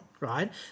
right